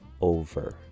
over